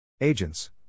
Agents